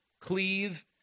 cleave